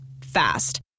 Fast